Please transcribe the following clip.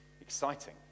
Exciting